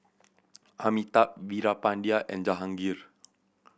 Amitabh Veerapandiya and Jahangir